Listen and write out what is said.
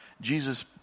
Jesus